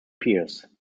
pears